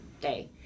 day